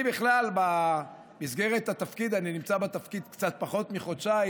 בכלל, במסגרת התפקיד אני נמצא קצת פחות מחודשיים.